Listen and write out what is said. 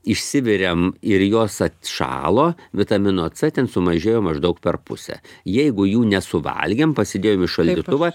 išsivirėm ir jos atšalo vitamino c sumažėjo maždaug per pusę jeigu jų nesuvalgėm pasidėjom į šaldytuvą